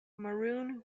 maroon